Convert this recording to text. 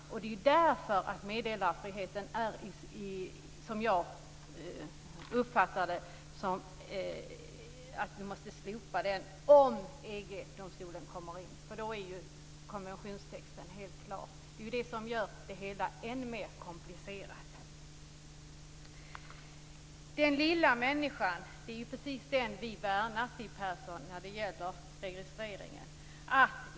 Som jag uppfattar det måste vi slopa meddelarfriheten om EG-domstolen kommer in i sammanhanget. I det avseendet är ju konventionstexten helt klar. Det är ju detta som gör det hela ännu mer komplicerat. Det är ju precis den lilla människan vi värnar, Siw Persson, när det gäller registreringen.